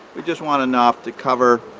we just want enough to cover